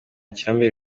kirambuye